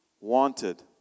wanted